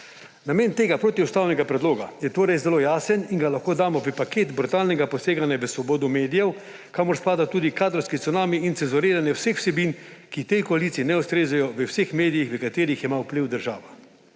Namen tega protiustavnega predloga je torej zelo jasen in ga lahko damo v paket brutalnega poseganja v svobodo medijev, kamor spadata tudi kadrovski cunami in cenzuriranje vseh vsebin, ki tej koaliciji ne ustrezajo, v vseh medijih, v katerih ima vpliv država.